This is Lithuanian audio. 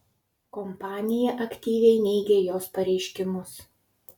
kompanija aktyviai neigia jos pareiškimus